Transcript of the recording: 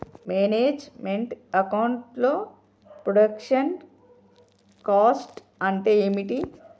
Manage meant account లో production cost అంటే ఏమిటి?